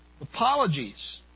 Apologies